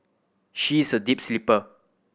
she is a deep sleeper